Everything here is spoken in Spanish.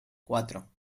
cuatro